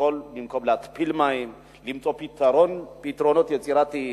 במקום להתפיל מים, למצוא פתרונות יצירתיים.